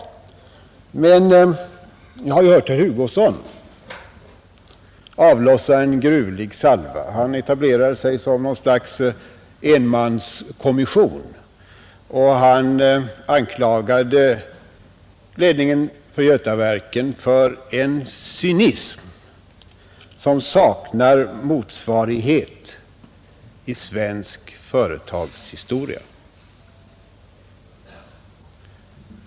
Men vi har ju hört herr Hugosson avlossa en gruvlig salva. Han etablerade sig som något slags enmanskommission och anklagade Götaverkens ledning för en cynism som saknar motsvarighet i svensk företagshistoria!